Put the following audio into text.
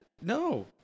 No